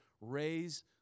Raise